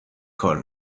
کار